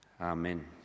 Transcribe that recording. Amen